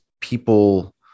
people